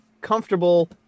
comfortable